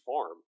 farm